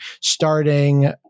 starting